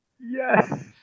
Yes